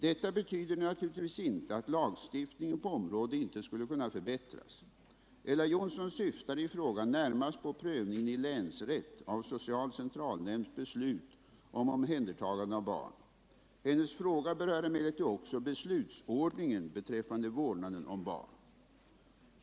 Detta betyder naturligtvis inte att lagstiftningen på området inte skulle kunna förbättras. Ella Johnsson syftar i frågan närmast på prövningen i länsrätt av social centralnämnds beslut om omhändertagande av barn. Hennes fråga berör emellertid också beslutsordningen beträffande vårdnaden om barn.